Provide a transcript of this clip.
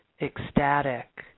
ecstatic